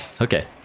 Okay